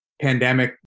Pandemic